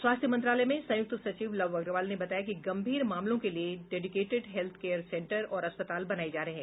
स्वास्थ्य मंत्रालय में संयुक्त सचिव लव अग्रवाल ने बताया कि गंभीर मामलों के लिये डेडिकेटेड हेल्थ केयर सेंटर और अस्पताल बनाये जा रहे हैं